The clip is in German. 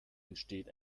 entsteht